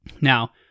Now